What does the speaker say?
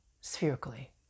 spherically